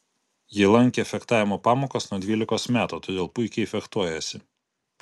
ji lankė fechtavimo pamokas nuo dvylikos metų todėl puikiai fechtuojasi